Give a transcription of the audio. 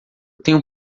tenho